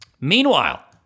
Meanwhile